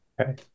Okay